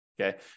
Okay